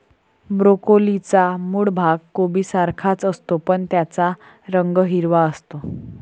ब्रोकोलीचा मूळ भाग कोबीसारखाच असतो, पण त्याचा रंग हिरवा असतो